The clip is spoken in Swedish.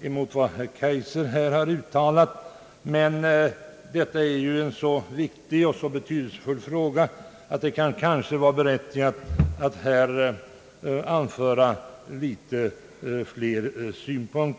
mot vad herr Kaijser nyss har uttalat, men detta är ju en så viktig och betydelsefull fråga att det kanske kan vara berättigat att anföra några ytterligare synpunkter.